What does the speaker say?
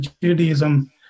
Judaism